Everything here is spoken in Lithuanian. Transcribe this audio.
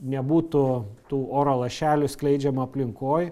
nebūtų tų oro lašelių skleidžiama aplinkoj